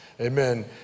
amen